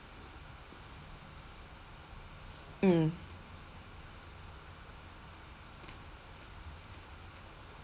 mm